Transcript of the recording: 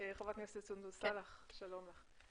ח"כ סונדוס סאלח בבקשה.